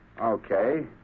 Okay